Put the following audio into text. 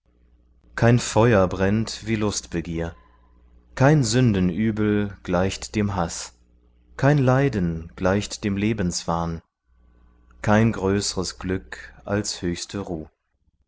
kein feuer brennt wie lustbegier kein sündenübel gleicht dem haß kein leiden gleicht dem lebenswahn kein größres glück als höchste ruh